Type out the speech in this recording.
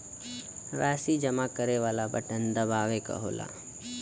राशी जमा करे वाला बटन दबावे क होला